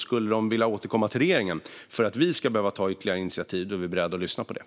Skulle de vilja återkomma till regeringen för att vi ska ta ytterligare initiativ är vi beredda att lyssna på det.